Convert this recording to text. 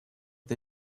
the